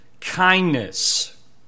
kindness